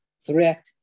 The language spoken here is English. threat